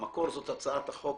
במקור זאת הצעת החוק